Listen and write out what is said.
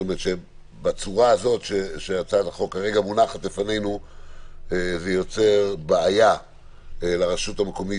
שבצורה הזאת שהצעת החוק כרגע מונחת לפנינו זה יוצר בעיה לרשות המקומית,